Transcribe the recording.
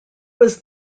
was